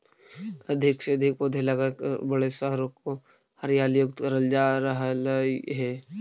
अधिक से अधिक पौधे लगाकर बड़े शहरों को हरियाली युक्त करल जा रहलइ हे